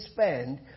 spend